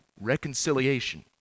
Reconciliation